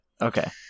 Okay